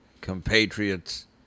compatriots